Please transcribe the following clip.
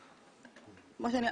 כמו שאמרתי,